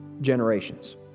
generations